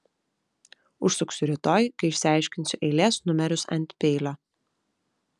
užsuksiu rytoj kai išsiaiškinsiu eilės numerius ant peilio